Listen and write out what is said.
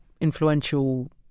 influential